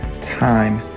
time